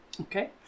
Okay